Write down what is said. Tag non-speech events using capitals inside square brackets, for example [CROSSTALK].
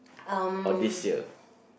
um [BREATH]